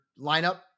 lineup